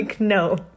no